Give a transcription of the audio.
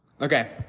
okay